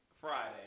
Friday